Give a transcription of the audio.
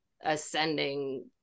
ascending